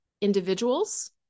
individuals